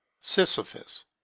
Sisyphus